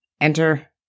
Enter